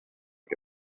che